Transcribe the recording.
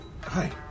Hi